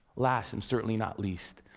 last and certainly not least.